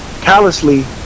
callously